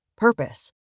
Purpose